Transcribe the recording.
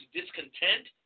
discontent